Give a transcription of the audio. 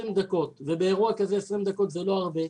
דקות ובאירוע כזה 20 דקות זה לא הרבה,